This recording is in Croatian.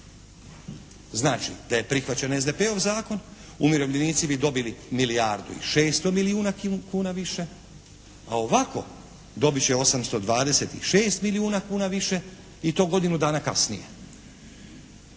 Znači da je prihvaćen SDP-ov zakon umirovljenici bi dobili milijardu i 600 kuna više a ovako dobit će 826 milijuna kuna više i to godinu dana kasnije.